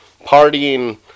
partying